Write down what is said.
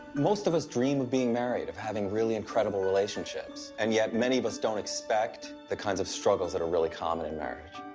most of us dream of being married, of having really incredible relationships, and yet many of us don't expect the kinds of struggles that are really common in marriage.